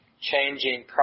changing